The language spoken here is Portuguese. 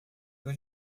dois